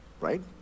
right